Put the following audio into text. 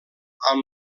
amb